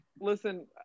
Listen